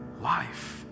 life